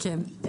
כן.